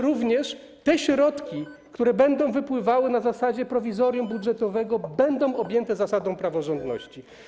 Również te środki, które będą wypływały na zasadzie prowizorium budżetowego, będą objęte zasadą praworządności.